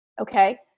okay